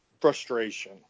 frustration